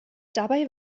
dabei